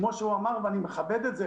כמו שהוא אמר ואני מכבד את זה.